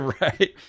Right